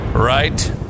Right